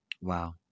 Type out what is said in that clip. Wow